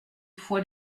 fois